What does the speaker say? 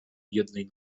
jednej